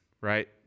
right